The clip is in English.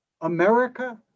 America